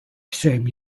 same